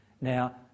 Now